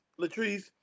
Latrice